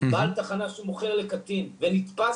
בעל תחנה שמוכר לקטין ונתפס,